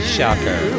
Shocker